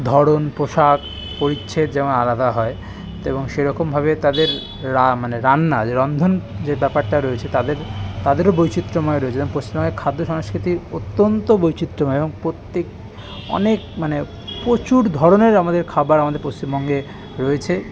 ধরন পোশাক পরিচ্ছদ যেমন আলাদা হয় এবং সেরকম ভাবে তাদের মানে রান্না যে রন্ধন যে ব্যাপারটা রয়েছে তাদের তাদেরও বৈচিত্র্যময় রয়েছে যেমন পশ্চিমবঙ্গের খাদ্য সংস্কৃতি অত্যন্ত বৈচিত্র্যময় এবং প্রত্যেক অনেক মানে প্রচুর ধরনের আমাদের খাবার আমাদের পশ্চিমবঙ্গে রয়েছে